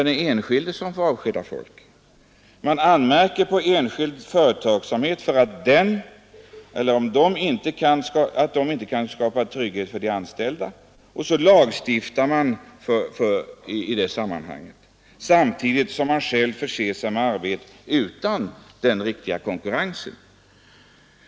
Man anmärker på att enskild företagsamhet inte kan skapa trygghet för sina anställda, och man lagstiftar i det sammanhanget, samtidigt som staten själv förser sig med arbete utan den riktiga konkurrensen.